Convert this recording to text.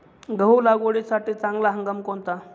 गहू लागवडीसाठी चांगला हंगाम कोणता?